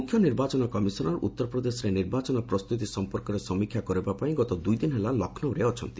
ମୁଖ୍ୟ ନିର୍ବାଚନ କମିଶନର୍ ଉତ୍ତର ପ୍ରଦେଶରେ ନିର୍ବାଚନ ପ୍ରସ୍ତୁତି ସମ୍ପର୍କରେ ସମୀକ୍ଷା କରିବାପାଇଁ ଗତ ଦୁଇ ଦିନ ହେଲା ଲକ୍ଷ୍ନୌରେ ଅଛନ୍ତି